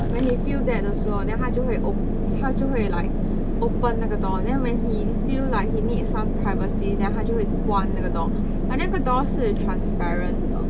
when he feel that also then 他就会 op~ 他就会 like open 那个 door then when he feel like he need some privacy then 他就会关那个 door but then 那个 door 是 transparent 的